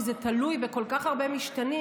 כי זה תלוי בכל כך הרבה משתנים,